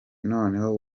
noneho